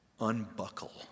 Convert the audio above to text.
unbuckle